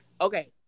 Okay